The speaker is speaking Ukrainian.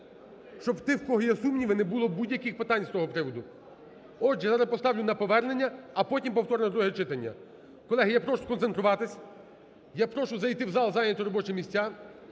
щоб в тих, в кого є сумніви, не було будь-яких питань з того приводу. Отже, я зараз поставлю на повернення, а потім – повторне друге читання. колеги, я прошу сконцентруватися. Я прошу зайти в зал, зайняти робочі місця.